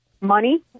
money